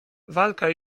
walka